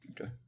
Okay